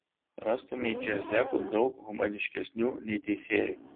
rastumei čia zekų daug humaniškesnių nei teisėjų